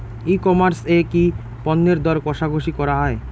ই commerce এ কি পণ্যের দর কশাকশি করা য়ায়?